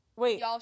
Wait